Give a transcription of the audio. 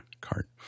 cart